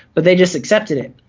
but they just accepted it.